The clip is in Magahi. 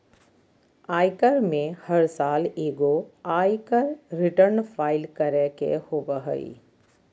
आयकर में हर साल एगो आयकर रिटर्न फाइल करे के होबो हइ